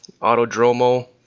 Autodromo